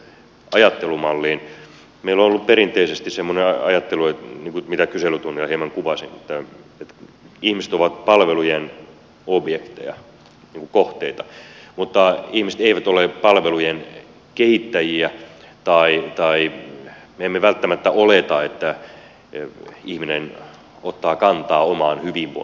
meillä on ollut perinteisesti semmoinen ajattelu mitä kyselytunnilla hieman kuvasin että ihmiset ovat palvelujen objekteja kohteita mutta ihmiset eivät ole palvelujen kehittäjiä tai me emme välttämättä oleta että ihminen ottaa kantaa omaan hyvinvointiinsa